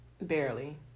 Barely